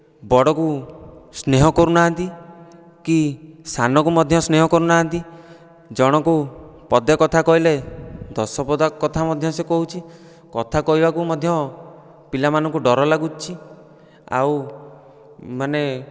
ବଡ଼କୁ ସ୍ନେହ କରୁନାହାନ୍ତି କି ସାନକୁ ମଧ୍ୟ ସ୍ନେହ କରୁନାହାନ୍ତି ଜଣକୁ ପଦେ କଥା କହିଲେ ଦଶ ପଦ କଥା ମଧ୍ୟ ସେ କହୁଛି କଥା କହିବାକୁ ମଧ୍ୟ ପିଲା ମାନଙ୍କୁ ଡର ଲାଗୁଛି ଆଉ ମାନେ